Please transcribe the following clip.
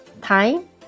time